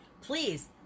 please